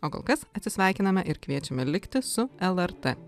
o kol kas atsisveikiname ir kviečiame likti su lrt